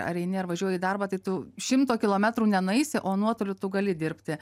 ar eini ar važiuoji į darbą tai tu šimto kilometrų nenueisi o nuotoliu tu gali dirbti